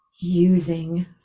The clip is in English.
using